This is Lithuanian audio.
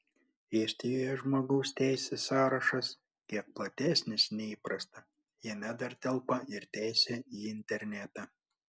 estijoje žmogaus teisių sąrašas kiek platesnis nei įprasta jame dar telpa ir teisė į internetą